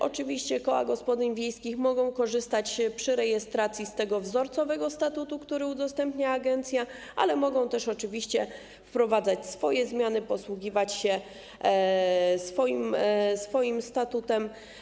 Oczywiście koła gospodyń wiejskich mogą korzystać przy rejestracji z tego wzorcowego statutu, który udostępnia agencja, ale mogą też oczywiście wprowadzać zmiany, posługiwać się swoim statutem.